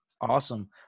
Awesome